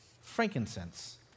frankincense